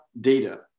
data